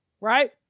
right